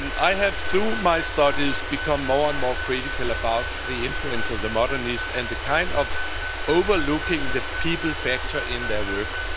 and i have, through so my studies, become more and more critical about the influence of the modernist and the kind of overlooking the people factor in their work.